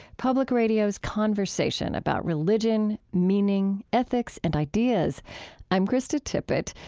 public radio's conversation about religion, meaning, ethics, and ideas i'm krista tippett.